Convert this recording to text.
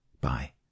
bye